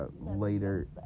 later